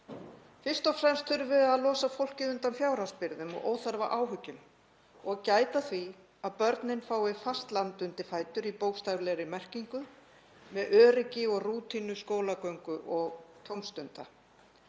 Fyrst og fremst þurfum við að losa fólkið undan fjárhagsbyrðum og óþarfa áhyggjum og gæta að því að börnin fái fast land undir fætur í bókstaflegri merkingu með öryggi og rútínu skólagöngu og tómstunda.